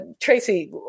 Tracy